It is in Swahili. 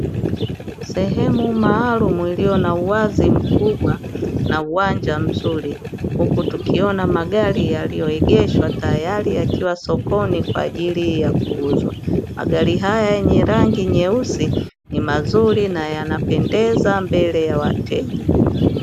Sehemu maalumu iliyo na uwazi mkubwa na uwanja mzuri. Huku tukiona magari yaliyoegeshwa tayari yakiwa sokoni kwa ajili ya kuuzwa. Magari haya yenye rangi nyeusi ni mazuri na yanapendeza mbele ya wateja.